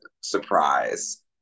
surprise